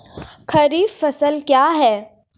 खरीफ फसल क्या हैं?